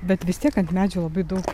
bet vis tiek ant medžių labai daug